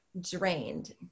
drained